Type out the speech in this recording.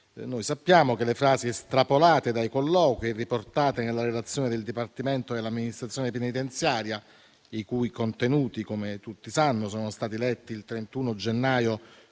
Sappiamo che le frasi estrapolate dai colloqui e riportate nella relazione del Dipartimento dell'amministrazione penitenziaria, i cui contenuti - come tutti sanno - sono stati letti il 31 gennaio